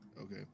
Okay